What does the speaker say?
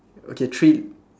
okay three